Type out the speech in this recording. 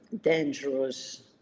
dangerous